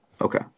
okay